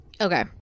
Okay